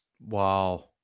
Wow